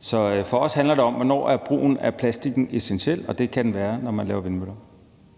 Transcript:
Så for os handler det om, hvornår brugen af plastikken er essentiel, og det kan den være, når man laver vindmøller.